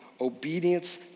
obedience